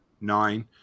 nine